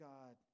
God